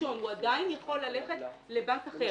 הוא עדיין יכול ללכת לבנק אחר.